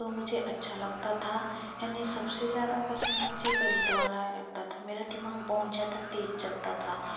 तो मुझे अच्छा लगता था यनि सबसे ज़्यादा पसंद मुझे गणित वाला ही लगता था मेरा दिमाग बहुत ज़्यादा तेज चलता था